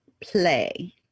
play